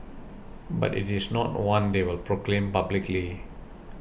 but it is not one they will proclaim publicly